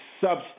substance